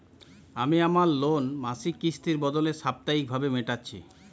আমি আমার লোন মাসিক কিস্তির বদলে সাপ্তাহিক ভাবে মেটাচ্ছি